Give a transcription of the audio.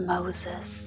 Moses